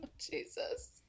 Jesus